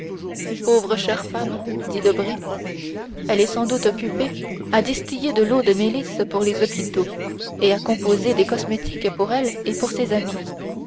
pauvre chère femme dit debray elle est sans doute occupée à distiller de l'eau de mélisse pour les hôpitaux et à composer des cosmétiques pour elle et pour ses amies